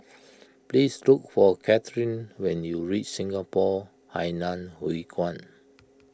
please look for Kathryn when you reach Singapore Hainan Hwee Kuan